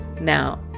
Now